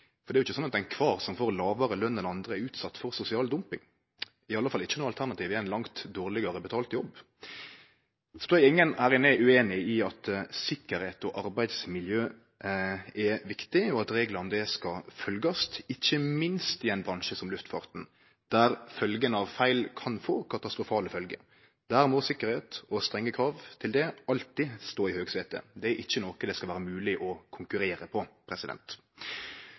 For det er jo ikkje sånn at alle som får lågare løn enn andre, er utsett for sosial dumping, i alle fall ikkje når alternativet er ein langt dårlegare betalt jobb. Eg trur ingen her er ueinig i at sikkerheit og arbeidsmiljø er viktig, og at reglar om det skal følgjast, ikkje minst i ein bransje som luftfarten, der følgjene av feil kan bli katastrofale. Der må strenge krav til sikkerheit alltid stå i høgsetet. Det er ikkje noko det skal vere mogleg å konkurrere på.